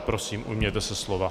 Prosím, ujměte se slova.